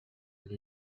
new